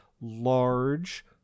large